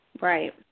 Right